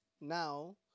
now